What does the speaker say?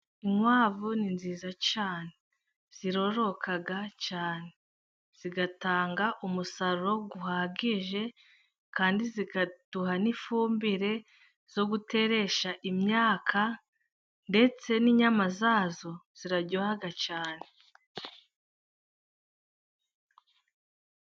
Inkwavu ni nziza cyane zirororoka cyane zigatanga umusaruro uhagije, kandi zikaduha n'ifumbire yo guteresha imyaka, ndetse n'inyama zazo ziraryoha cyane.